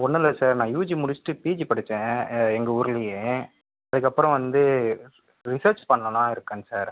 ஒன்னுமில்ல சார் நான் யூஜி முடிச்ட்டு பிஜி படித்தேன் அ எங்கள் ஊர்லேயே அதுக்கப்புறம் வந்து ரிசர்ச் பண்ணலான்னு இருக்கேங்க சார்